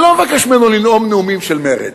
אני לא מבקש ממנו לנאום נאומים של מרצ,